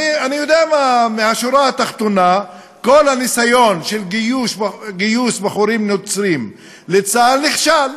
אני יודע שבשורה התחתונה כל הניסיון של גיוס בחורים נוצרים לצה"ל נכשל.